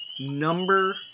number